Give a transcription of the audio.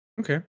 Okay